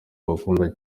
mbakunda